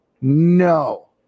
No